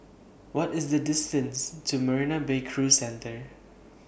What IS The distance to Marina Bay Cruise Centre